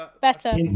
Better